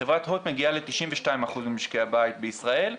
חברת הוט מגיעה ל-92% ממשקי הבית בישראל.